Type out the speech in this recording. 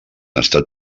estat